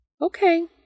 Okay